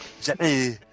Jenny